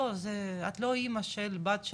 לא את לא בת של אמא שלך,